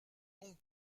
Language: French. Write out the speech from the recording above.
donc